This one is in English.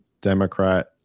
Democrat